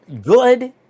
good